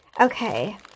okay